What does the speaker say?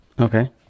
Okay